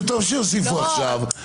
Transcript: וטוב שיוסיפו עכשיו,